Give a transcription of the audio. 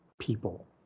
people